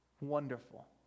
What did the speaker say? wonderful